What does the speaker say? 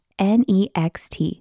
next